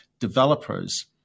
developers